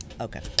Okay